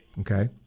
Okay